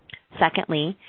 secondly,